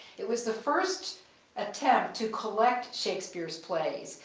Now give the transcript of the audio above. it was the first attempt to collect shakespeare's plays.